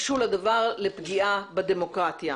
משול הדבר לפגיעה בדמוקרטיה.